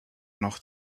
noch